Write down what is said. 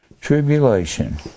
tribulation